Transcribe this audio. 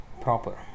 proper